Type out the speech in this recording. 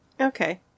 Okay